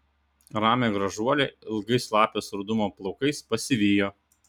ramią gražuolę ilgais lapės rudumo plaukais pasivijo